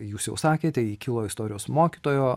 jūs jau sakėte ji kilo istorijos mokytojo